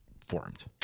formed